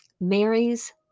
Mary's